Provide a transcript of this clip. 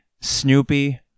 Snoopy